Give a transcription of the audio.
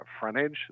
frontage